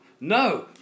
No